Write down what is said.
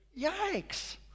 Yikes